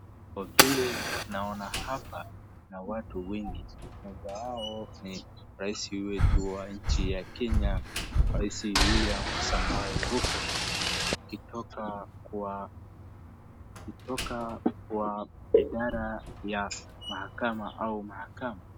Kwa vile naona hapa kuna watu wengi mmoja wao ni rais wetu wa nchi ya Kenya rais William Samoei Ruto akitoka kwa idara ya mahakama au mahakama.